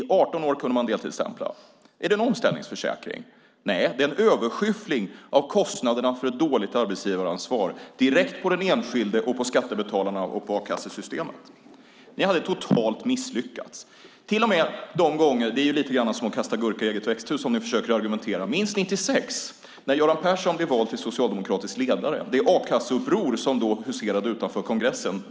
Är det en omställningsförsäkring? Nej - det är en överskyffling av kostnaderna för ett dåligt arbetsgivaransvar direkt på den enskilde, på skattebetalarna och på a-kassesystemet. Ni hade totalt misslyckats. Det är lite som att kasta gurka i eget växthus som ni försöker argumentera. Minns det a-kasseuppror som då huserade utanför kongressen 1996 när Göran Persson blev vald till socialdemokratisk ledare.